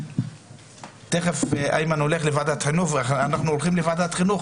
תכף אנחנו הולכים לוועדת חינוך